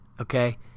okay